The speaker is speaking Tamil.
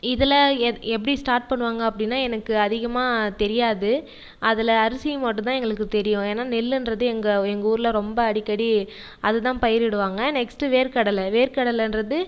இதில் எப் எப்படி ஸ்டார்ட் பண்ணுவாங்கள் எனக்கு அதிகமாக தெரியாது அதில் அரிசி மட்டுதான் எங்களுக்கு தெரியும் ஏன்னா நெல்லுன்றது எங்கள் எங்கள் ஊரில் ரொம்ப அடிக்கடி அதுதான் பயிரிடுவாங்க நெக்ஸ்ட் வேர் கடலை வேர் கடலைன்றது